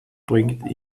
bringt